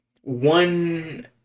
one